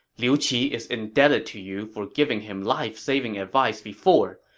liu qi is indebted to you for giving him life-saving advice before.